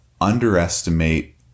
underestimate